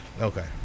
Okay